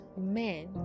men